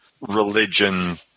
religion